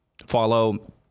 Follow